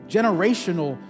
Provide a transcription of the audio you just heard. Generational